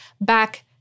back